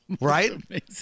Right